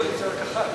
קואליציה, רק אחת.